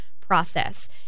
process